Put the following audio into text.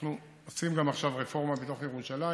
אנחנו עושים עכשיו רפורמה בתוך ירושלים